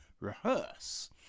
rehearse